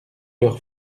leur